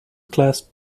class